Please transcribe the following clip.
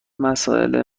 مساله